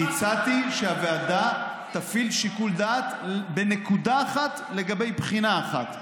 אני הצעתי שהוועדה תפעיל שיקול דעת בנקודה אחת לגבי בחינה אחת.